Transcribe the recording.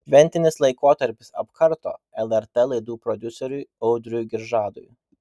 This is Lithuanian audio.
šventinis laikotarpis apkarto lrt laidų prodiuseriui audriui giržadui